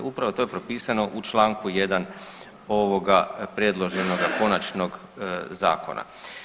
Upravo to je propisano u Članku 1. ovoga predloženoga konačnog zakona.